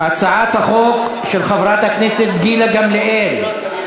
הצעת החוק של חברת הכנסת גילה גמליאל.